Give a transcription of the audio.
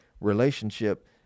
relationship